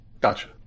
Gotcha